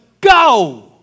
go